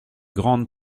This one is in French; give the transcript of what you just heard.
grande